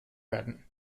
werden